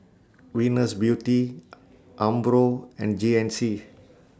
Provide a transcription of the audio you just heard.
Venus Beauty Umbro and G N C